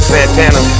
Santana